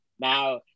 now